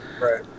right